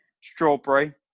strawberry